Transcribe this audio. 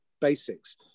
basics